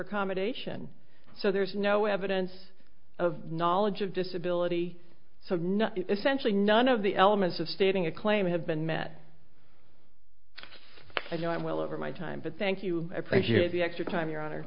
accommodation so there's no evidence of knowledge of disability so essentially none of the elements of stating a claim have been met i know i'm well over my time but thank you appreciate the extra time your hon